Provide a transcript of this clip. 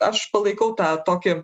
aš palaikau tą tokį